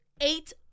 eight